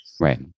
Right